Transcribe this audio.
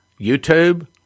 YouTube